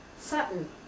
Sutton